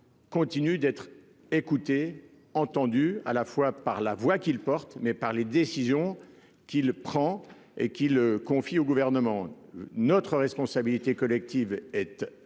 continue d'être écouté, entendu à la fois par la voix qu'il porte mais par les décisions qu'il prend et qu'il confie au gouvernement, notre responsabilité collective être importante